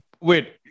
wait